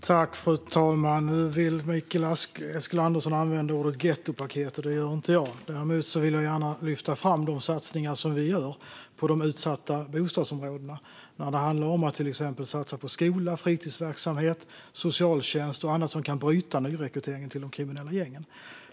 Fru talman! Nu vill Mikael Eskilandersson använda ordet "gettopaket", och det gör inte jag. Däremot vill jag gärna lyfta fram de satsningar som vi gör på de utsatta bostadsområdena. Det handlar om att satsa på till exempel skola, fritidsverksamhet, socialtjänst och annat som kan bryta nyrekryteringen till de kriminella gängen.